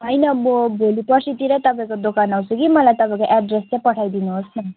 होइन म भोलि पर्सितिरै तपाईँको दोकान आउँछु कि मलाई तपाईँको एड्रेस चाहिँ पठाइदिनु होस् न